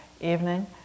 evening